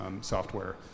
software